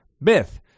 Myth